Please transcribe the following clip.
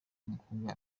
umukobwa